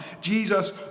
Jesus